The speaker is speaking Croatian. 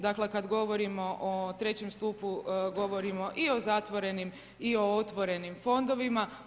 Dakle, kada govorimo o trećem stupu govorimo i o zatvorenim i o otvorenim fondovima.